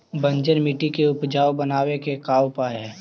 बंजर मट्टी के उपजाऊ बनाबे के का उपाय है?